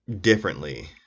differently